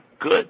good